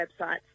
websites